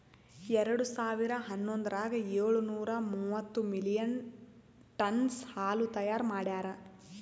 ಎರಡು ಸಾವಿರಾ ಹನ್ನೊಂದರಾಗ ಏಳು ನೂರಾ ಮೂವತ್ತು ಮಿಲಿಯನ್ ಟನ್ನ್ಸ್ ಹಾಲು ತೈಯಾರ್ ಮಾಡ್ಯಾರ್